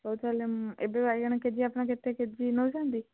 ହଉ ତା'ହେଲେ ଏବେ ବାଇଗଣ କେଜି ଆପଣ କେତେ କେଜି ନେଉଛନ୍ତି